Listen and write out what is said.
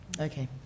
Okay